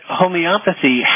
homeopathy